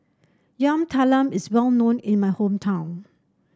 Yam Talam is well known in my hometown